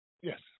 yes